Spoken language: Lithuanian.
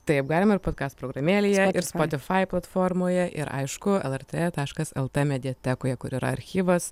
taip galima ir podkast programėlėje ir spotify platformoje ir aišku lrt taškas lt mediatekoje kur yra archyvas